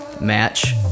match